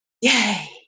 yay